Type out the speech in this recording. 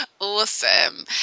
awesome